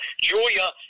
Julia